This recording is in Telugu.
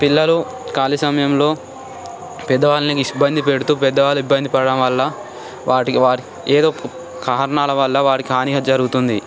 పిల్లలు ఖాళీ సమయంలో పెద్దవారిని ఇబ్బంది పెడుతూ పెద్దవాళ్ళు ఇబ్బంది పడటం వాళ్ళ వాటికి ఏదో ఒక కారణాల వల్ల వారికి హాని జరుగుతుంది